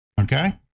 Okay